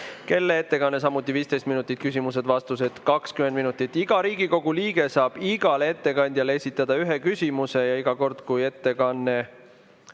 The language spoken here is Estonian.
tema ettekanne on samuti 15 minutit ja küsimused-vastused 20 minutit. Iga Riigikogu liige saab igale ettekandjale esitada ühe küsimuse ja iga kord, kui ettekanne